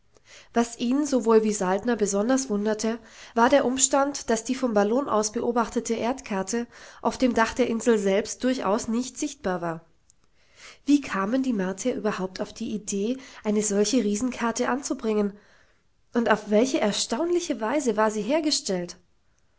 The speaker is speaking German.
was ihn sowohl wie saltner besonders wunderte war der umstand daß die vom ballon aus beobachtete erdkarte auf dem dach der insel selbst durchaus nicht sichtbar war wie kamen die martier überhaupt auf die idee eine solche riesenkarte anzubringen und auf welche erstaunliche weise war sie hergestellt